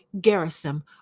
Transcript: Garrison